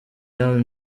yaba